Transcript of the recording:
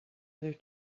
other